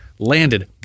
Landed